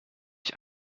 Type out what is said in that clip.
ich